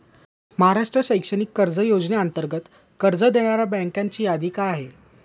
महाराष्ट्र शैक्षणिक कर्ज योजनेअंतर्गत कर्ज देणाऱ्या बँकांची यादी काय आहे?